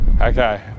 Okay